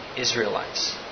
Israelites